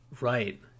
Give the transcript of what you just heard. Right